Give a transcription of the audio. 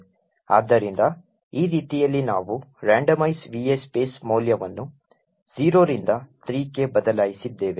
ಆದ್ದರಿಂದ ಈ ರೀತಿಯಲ್ಲಿ ನಾವು randomize va space ಮೌಲ್ಯವನ್ನು 0 ರಿಂದ 3 ಕ್ಕೆ ಬದಲಾಯಿಸಿದ್ದೇವೆ